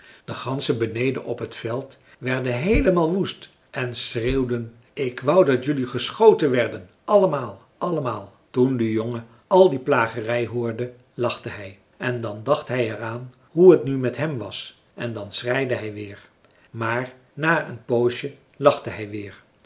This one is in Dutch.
de ganzen beneden op t veld werden heelemaal woest en schreeuwden k wou dat jelui geschoten werden allemaal allemaal toen de jongen al die plagerij hoorde lachte hij en dan dacht hij er aan hoe t nu met hem was en dan schreide hij weer maar na een poosje lachte hij weer